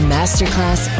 Masterclass